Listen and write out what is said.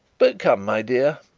but come, my dear,